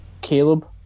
Caleb